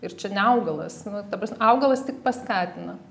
ir čia ne augalas nu ta prasme augalas tik paskatina